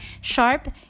sharp